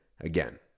again